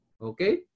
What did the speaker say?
Okay